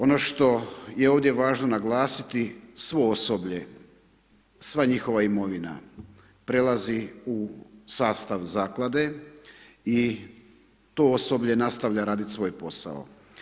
Ono što je ovdje važno naglasiti svo osoblje, sva njihova imovina prelazi u sastav zaklade i to osoblje nastavlja raditi svoj posao.